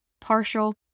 partial